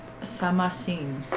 Samasin